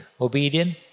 Obedient